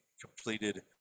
completed